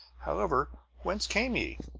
however, whence came ye?